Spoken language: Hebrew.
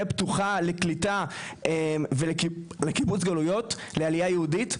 פתוחה לקליטה ולקיבוץ גלויות לעלייה היהודית,